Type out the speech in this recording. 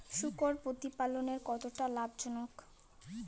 শূকর প্রতিপালনের কতটা লাভজনক?